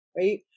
Right